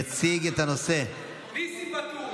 יציג את הנושא, ניסים ואטורי.